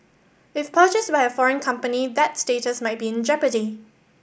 if purchased by a foreign company that status might be in jeopardy